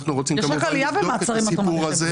יש עלייה במעצרים עד תום הליכים.